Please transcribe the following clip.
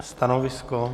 Stanovisko?